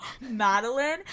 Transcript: madeline